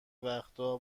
وقتا